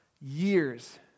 years